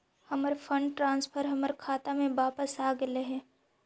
हमर fund transfer हमर खाता में वापस आगईल हे